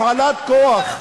הפעלת כוח.